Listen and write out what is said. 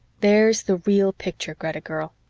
there's the real picture, greta girl.